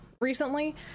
recently